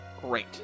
Great